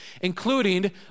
including